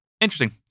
Interesting